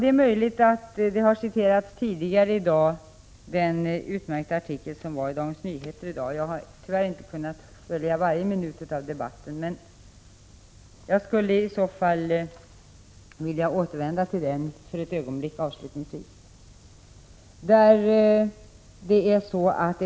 Det är möjligt att den utmärkta artikeln i Dagens Nyheter i dag har citerats här tidigare; jag har tyvärr inte kunnat följa varje minut av debatten. Men jag skulle i så fall avslutningsvis vilja återvända till denna artikel för ett ögonblick.